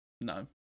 No